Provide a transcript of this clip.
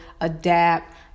adapt